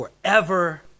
forever